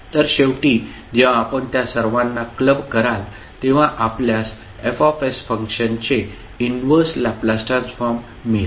तर शेवटी जेव्हा आपण त्या सर्वांना क्लब कराल तेव्हा आपल्यास F फंक्शनचे इनव्हर्स लॅपलास ट्रान्सफॉर्म मिळेल